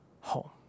home